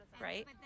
Right